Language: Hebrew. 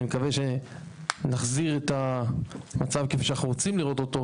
אני מקווה שנחזיר את המצב כפי שאנחנו רוצים לראות אותו,